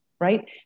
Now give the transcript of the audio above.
Right